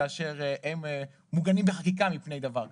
כאשר הם מוגנים בחקיקה מפני דבר כזה.